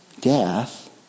death